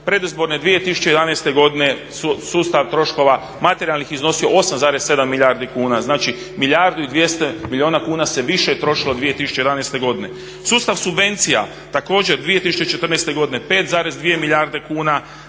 predizborne 2011. godine sustav troškova materijalnih je iznosio 8,7 milijardi kuna. Znači, milijardu i 200 milijuna kuna se više trošilo 2011. godine. Sustav subvencija također 2014. godine 5,2 milijarde kuna,